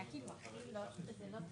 הישיבה.